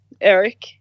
Eric